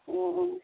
ও